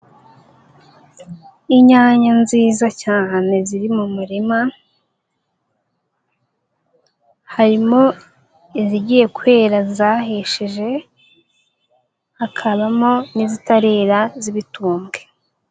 Inyanya nziza cyane ziri mu murima. Harimo izigiye kwera zahishije, hakabamo n'izitarera z'ibitumbwe.